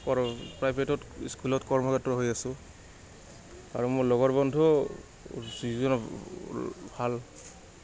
কৰোঁ প্ৰাইভেটত স্কুলত কৰ্মক্ষেত্ৰ হৈ আছোঁ আৰু মোৰ লগৰ বন্ধু যিজন ভাল